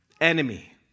enemy